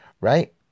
right